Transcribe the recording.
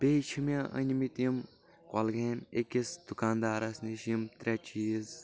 بیٚیہِ چھ مےٚ أنۍ مٕتۍ یِم کۄلگامۍ أکِس دُکاندارس نِش یِم ترٛے چیٖز